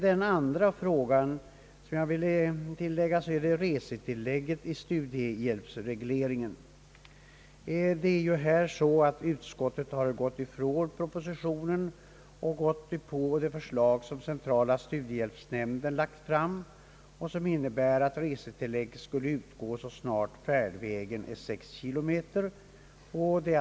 Den andra frågan jag vill beröra gäller resetillägget i studiehjälpsreglementet. Utskottet har här frångått propositionens förslag och biträder det förslag som centrala studiehjälpsnämnden framlagt. Det innebär att resetillägg skall utgå efter enbart färdväg och när denna är minst 6 kilometer.